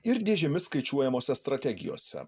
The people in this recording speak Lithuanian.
ir dėžėmis skaičiuojamose strategijose